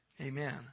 amen